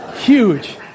Huge